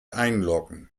einloggen